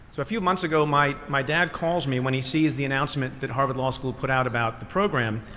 so a few months ago, my my dad calls me when he sees the announcement that harvard law school put out about the program,